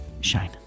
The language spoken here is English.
shine